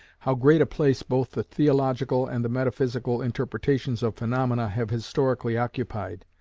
how great a place both the theological and the metaphysical interpretations of phaenomena have historically occupied,